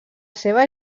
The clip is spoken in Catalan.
seva